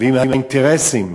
ואם האינטרסים